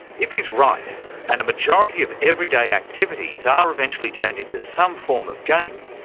if he's right and a majority of everyday activities are eventually turned into some form of game,